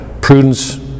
Prudence